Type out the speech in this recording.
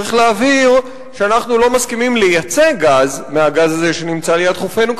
צריך להבהיר שאנחנו לא מסכימים לייצא גז מהגז הזה שנמצא ליד חופינו,